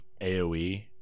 AoE